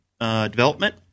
development